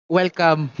Welcome